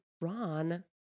Ron